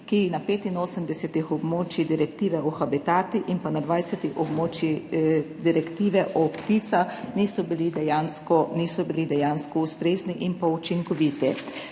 ki na 85 območjih Direktive o habitatih in na 20 območjih Direktive o pticah niso bili dejansko ustrezni in učinkoviti.